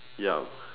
yeah